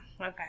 okay